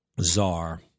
czar